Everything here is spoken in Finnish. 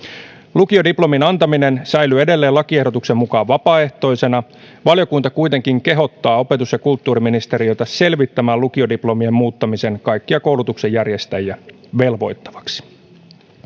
lukiodiplomin antaminen säilyy edelleen lakiehdotuksen mukaan vapaaehtoisena valiokunta kuitenkin kehottaa opetus ja kulttuuriministeriötä selvittämään lukiodiplomien muuttamisen kaikkia koulutuksen järjestäjiä velvoittavaksi